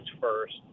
first